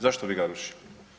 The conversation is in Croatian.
Zašto bi ga rušili?